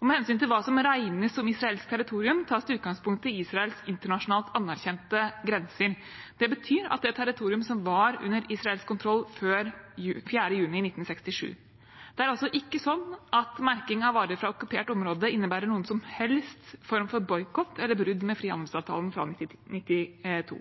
Med hensyn til hva som regnes som israelsk territorium, tas det utgangspunkt i Israels internasjonalt anerkjente grenser. Det betyr det territorium som var under israelsk kontroll før 4. juni 1967. Det er altså ikke sånn at merking av varer fra okkupert område innebærer noen som helst form for boikott eller brudd med frihandelsavtalen fra 1992.